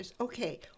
Okay